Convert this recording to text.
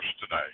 today